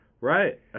right